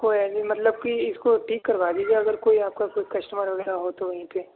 کوئی ایسی مطلب کہ اس کو ٹھیک کروا دییجیے اگر کوئی آپ کا کوئی کسٹمر وغیرہ ہو تو یہیں پہ